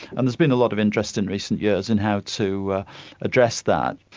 and there's been a lot of interest in recent years in how to address that.